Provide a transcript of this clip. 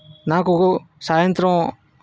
నాకు సాయంత్రం